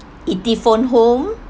he did phone home